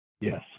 Yes